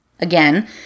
Again